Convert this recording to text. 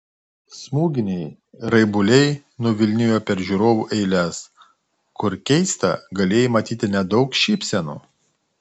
smūginiai raibuliai nuvilnijo per žiūrovų eiles kur keista galėjai matyti nedaug šypsenų